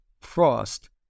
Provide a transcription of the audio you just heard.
Frost